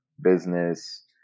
business